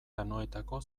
anoetako